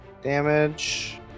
Damage